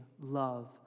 love